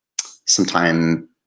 sometime